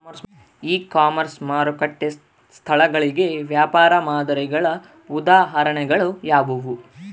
E commerce ಮಾರುಕಟ್ಟೆ ಸ್ಥಳಗಳಿಗೆ ವ್ಯಾಪಾರ ಮಾದರಿಗಳ ಉದಾಹರಣೆಗಳು ಯಾವುವು?